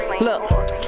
Look